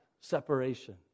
separation